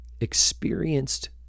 experienced